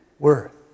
worth